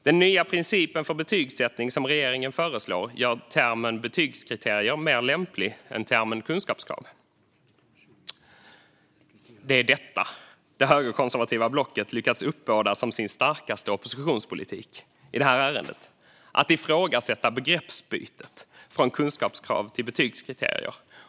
Den nya princip för betygsättning som regeringen föreslår gör termen betygskriterier mer lämplig än termen kunskapskrav. Det är detta det högerkonservativa blocket lyckats uppbåda som sin starkaste oppositionspolitik i det här ärendet: att ifrågasätta begreppsbytet från kunskapskrav till betygskriterier.